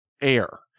air